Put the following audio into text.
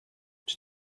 czy